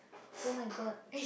!oh-my-God!